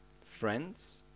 friends